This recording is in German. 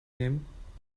nehmen